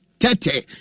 tete